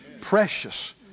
precious